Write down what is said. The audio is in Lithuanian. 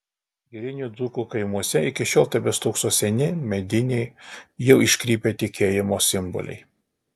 girinių dzūkų kaimuose iki šiol tebestūkso seni mediniai jau iškrypę tikėjimo simboliai